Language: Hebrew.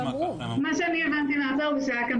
מה שאני הבנתי מהאוצר זה שהיה כאן